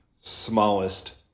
smallest